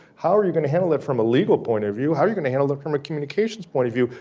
how are you going to handle it from a legal point of view, how are you going handle it from a communications point of view?